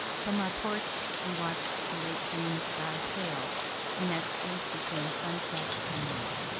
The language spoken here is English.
from our porch we watch the late june sky pale in that space between sunset and night.